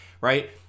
right